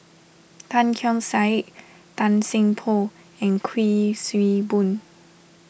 Tan Keong Saik Tan Seng Poh and Kuik Swee Boon